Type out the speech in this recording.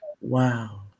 Wow